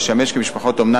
לשמש כמשפחות אומנה,